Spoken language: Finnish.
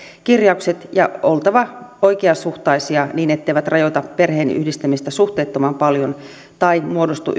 kirjaukset ja oltava oikeasuhtaisia niin että ne eivät rajoita perheenyhdistämistä suhteettoman paljon tai muodostu